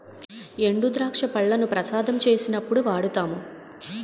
ఎండుద్రాక్ష పళ్లు ప్రసాదం చేసినప్పుడు వాడుతాము